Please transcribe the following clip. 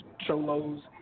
cholo's